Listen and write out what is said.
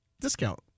discount